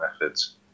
methods